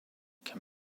can